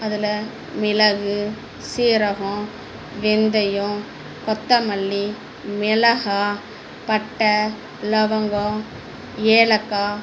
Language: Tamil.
அதில் மிளகு சீரகம் வெந்தயம் கொத்தமல்லி மிளகாய் பட்டை லவங்கம் ஏலக்காய்